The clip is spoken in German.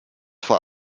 vor